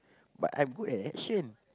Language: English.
but I'm good at action